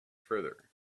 further